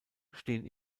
stehen